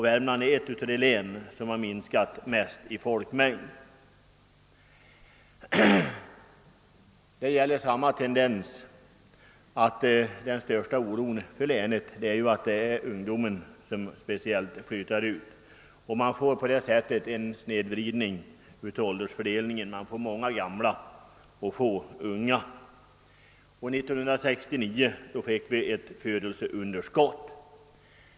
Värmland är ett av de län som minskat mest i folkmängd. Här möter man samma tendens som på andra håll. Den största oron för länet är att det är ungdomen som flyttar ut, och man får på detta sätt en snedvridning i fråga om åldersfördelningen. Man får många gamla och få unga. År 1969 kunde man notera ett födelseunderskott.